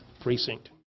precinct